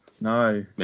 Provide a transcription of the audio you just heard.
No